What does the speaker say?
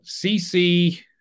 CC